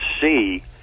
see